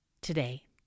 today